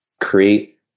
create